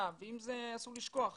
אם זאת אנטישמיות, אם זאת הקורונה.